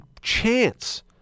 chance